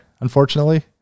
unfortunately